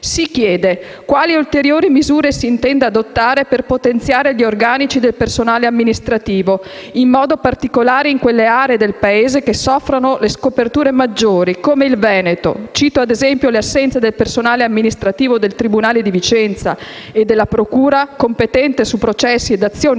si chiede quali ulteriori misure si intenda adottare per potenziare gli organici del personale amministrativo, in modo particolare in quelle aree del Paese che soffrono le scoperture maggiori, come il Veneto (cito ad esempio le assenze del personale amministrativo del tribunale di Vicenza e della procura competente su processi ed azioni